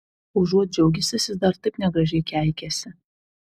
užuot džiaugęsis jis dar taip negražiai keikiasi